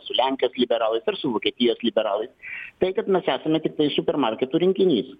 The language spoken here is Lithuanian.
su lenkijos liberalais ar su vokietijos liberalais tai kad mes esame tiktai supermarketų rinkinys